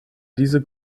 diese